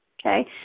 Okay